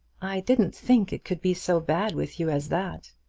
i didn't think it could be so bad with you as that.